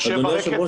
הישיבה